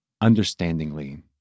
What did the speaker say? understandingly